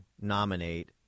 nominate